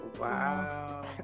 Wow